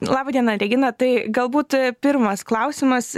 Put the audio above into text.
laba diena regina tai galbūt pirmas klausimas